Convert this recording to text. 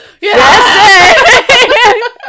Yes